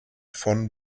von